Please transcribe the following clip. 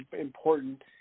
important